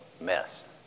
mess